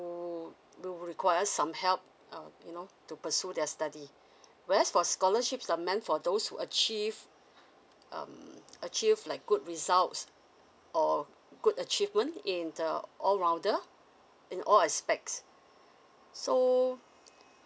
who who require some help err you know to pursue their study whereas for scholarships are meant for those who achieved um achieved like good results or good achievement in the all rounder in all aspects so